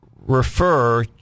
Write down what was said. refer